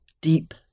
deep